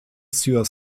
sur